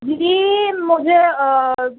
جی مجھے